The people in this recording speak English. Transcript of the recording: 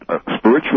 spiritual